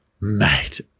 Mate